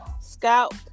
scalp